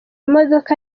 modoka